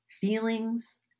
feelings